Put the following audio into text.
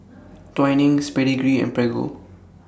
Twinings Pedigree and Prego